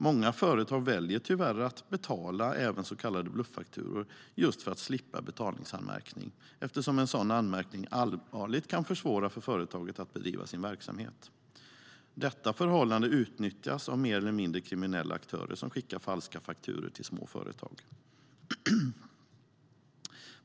Många företag väljer tyvärr att betala även så kallade bluffakturor just för att slippa betalningsanmärkning, eftersom en sådan allvarligt kan försvåra för företaget att bedriva sin verksamhet. Detta förhållande utnyttjas av mer eller mindre kriminella aktörer som skickar falska fakturor till små företag.